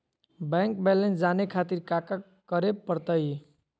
Bank balance जाने खातिर काका करे पड़तई?